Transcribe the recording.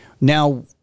now